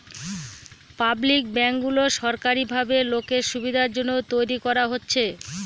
public ব্যাঙ্কগুলো সরকারি ভাবে লোকের সুবিধার জন্য তৈরী করা হচ্ছে